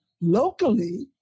Locally